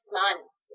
months